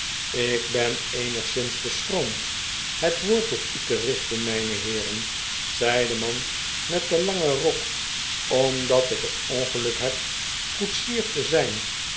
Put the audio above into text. ik ben eenigszins beschroomd het woord tot u te rich ten mijne heeren zei de man met den langen rok omdat ik het ongeluk heb koetsier te zijn